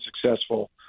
successful –